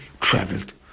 traveled